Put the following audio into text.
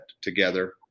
Together